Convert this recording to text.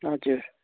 हजुर